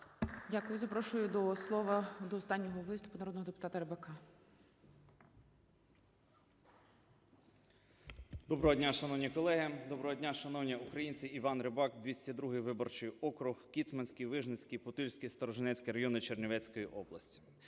Дякую. Запрошую до слова, до останнього виступу, народного депутата Рибака. 13:42:58 РИБАК І.П. Доброго дня, шановні колеги! Доброго дня, шановні українці! Іван Рибак, 202 виборчий округ, Кіцманський, Вижницький, Путильський, Сторожинецький райони Чернівецької області.